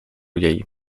jej